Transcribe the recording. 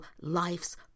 life's